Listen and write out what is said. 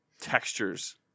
textures